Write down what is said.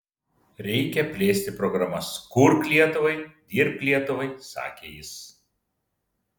reikia plėsti programas kurk lietuvai dirbk lietuvai sakė jis